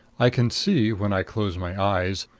i can see, when i close my eyes,